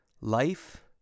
Life